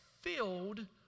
filled